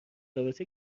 رابطه